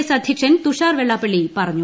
S അധ്യക്ഷൻ തുഷാർ വെള്ളാപ്പള്ളി പറഞ്ഞു